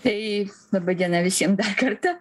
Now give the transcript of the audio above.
tai laba diena visiem kartą